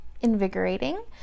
invigorating